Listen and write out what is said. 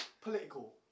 political